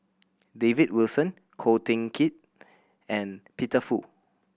David Wilson Ko Teck Kin and Peter Fu